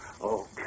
Okay